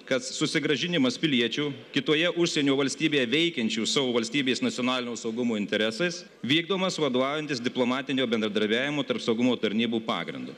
kad susigrąžinimas piliečių kitoje užsienio valstybėje veikiančių savo valstybės nacionalinio saugumo interesais vykdomas vadovaujantis diplomatinio bendradarbiavimo tarp saugumo tarnybų pagrindu